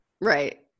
Right